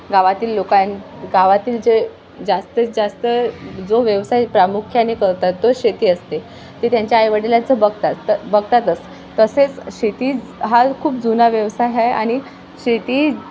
गावातील लोकां गावातील जे जास्तीत जास्त जो व्यवसाय प्रामुख्याने करतात तो शेती असते ते त्यांच्या आईवडिलांचं बगतात त बघतातच तसेच शेती हा खूप जुना व्यवसाय आहे आणि शेती